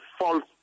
false